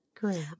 Great